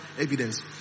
evidence